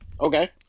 Okay